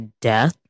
death